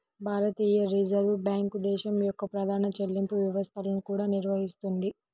భారతీయ reserve bank దేశం యొక్క ప్రధాన చెల్లింపు వ్యవస్థలను కూడా నిర్వహిస్తుంది